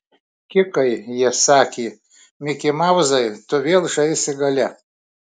kikai jie sakė mikimauzai tu vėl žaisi gale